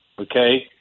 okay